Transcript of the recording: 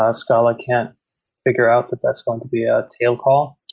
ah scala can't figure out that that's going to be a tail call.